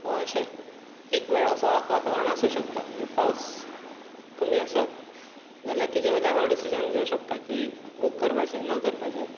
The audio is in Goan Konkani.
अशें एक वेळ असो वातावरण आसूं शकता म्हणजे पावस कमी आसत जाल्यार ताज्या वयल्यान हांव डिसिजन घेवंक शकतां की बूक करपाचें न करपाचें